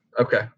Okay